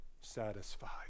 satisfied